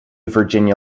virginia